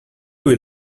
will